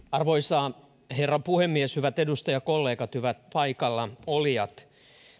arvoisa herra puhemies hyvät edustajakollegat hyvät paikallaolijat